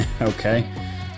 okay